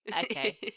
okay